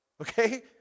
Okay